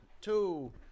two